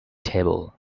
table